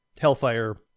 Hellfire